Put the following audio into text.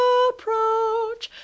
approach